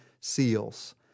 seals